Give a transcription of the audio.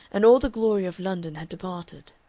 and all the glory of london had departed.